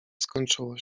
skończyło